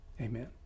Amen